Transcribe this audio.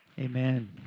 Amen